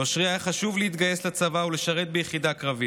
לאושרי היה חשוב להתגייס לצבא ולשרת ביחידה קרבית.